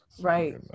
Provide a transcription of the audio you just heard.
Right